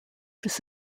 this